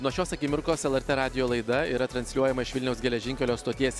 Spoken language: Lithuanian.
nuo šios akimirkos lrt radijo laida yra transliuojama iš vilniaus geležinkelio stoties